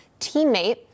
teammate